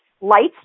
lights